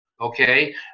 okay